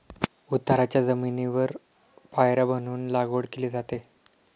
उताराच्या जमिनीवर पायऱ्या बनवून लागवड केली जाते